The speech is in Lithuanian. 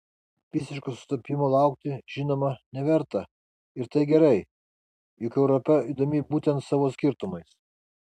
visiško sutapimo laukti žinoma neverta ir tai gerai juk europa įdomi būtent savo skirtumais